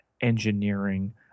engineering